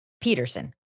Peterson